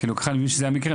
בטח לאור המקרה,